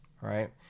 Right